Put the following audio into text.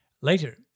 Later